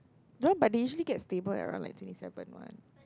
no but they usually get stable at around like twenty seven